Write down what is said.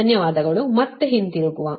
ಧನ್ಯವಾದಗಳು ನಂತರ ಮತ್ತೆ ಹಿಂತಿರುಗುವ